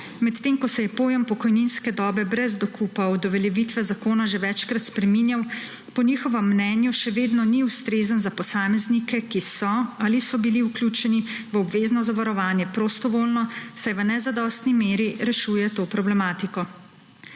Medtem ko se je pojem pokojninske dobe brez dokupa od uveljavitve zakona že večkrat spreminjal, po njihovem mnenju še vedno ni ustrezen za posameznike, ki so ali so bili vključeni v obvezno zavarovanje prostovoljno, saj v nezadostni meri rešuje to problematiko.